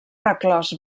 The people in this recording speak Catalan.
reclòs